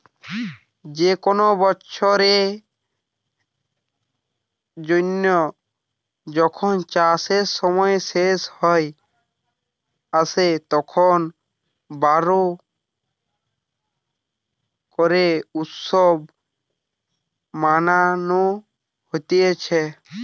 যে কোনো বছরের জন্য যখন চাষের সময় শেষ হয়ে আসে, তখন বোরো করে উৎসব মানানো হতিছে